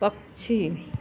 पक्षी